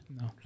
No